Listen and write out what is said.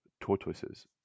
tortoises